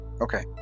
Okay